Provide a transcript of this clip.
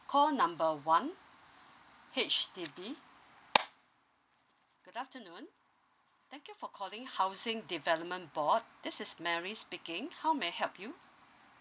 call number one H_D_B good afternoon thank you for calling housing development board this is mary speaking how may I help you